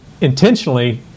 intentionally